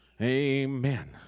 Amen